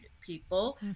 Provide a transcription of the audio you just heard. people